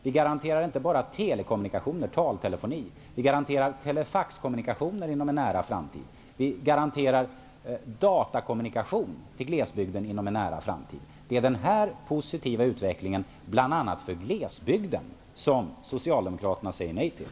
Vi garanterar inte bara telekommunikationer och taltelefoni utan också telefaxkommunikationer och datakommunikation till glesbygden inom en nära framtid. Det är en sådan här positiv utveckling, bl.a. för glesbygden, som Socialdemokraterna säger nej till.